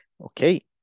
Okay